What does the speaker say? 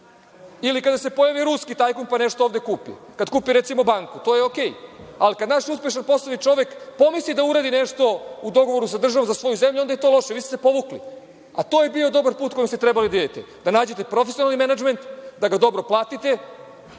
ili kada se pojavi ruski tajkun pa nešto ovde kupi, kad kupi, recimo, banku, to je okej. Ali, kad naš uspešan poslovni čovek pomisli da uradi nešto u dogovoru sa državom za svoju zemlju, onda je to loše. Vi ste se povukli, a to je bio dobar put, da nađete profesionalni menadžment, da ga dobro platite